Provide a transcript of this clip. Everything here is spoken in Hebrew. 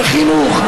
בחינוך,